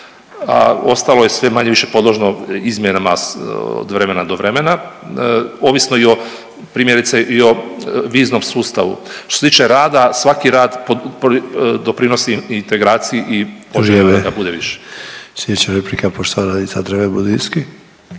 a ostalo je sve manje-više podložno izmjenama od vremena do vremena ovisno i o primjerice i o viznom sustavu. Što se tiče rada svaki rad doprinosi integraciji i …/Upadica: Vrijeme./… poželjno je da ga bude